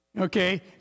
Okay